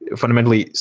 fundamentally,